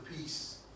peace